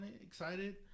excited